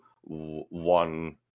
one